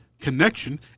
connection